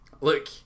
Look